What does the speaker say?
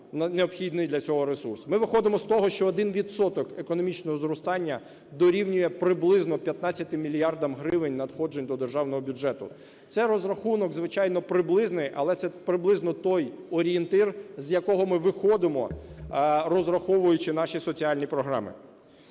необхідний для цього ресурс. Ми виходимо з того, що 1 відсоток економічного зростання дорівнює приблизно 15 мільярдам гривень надходжень до державного бюджету. Це розрахунок, звичайно, приблизний, але це приблизно той орієнтир, з якого ми виходимо, розраховуючи наші соціальні програми.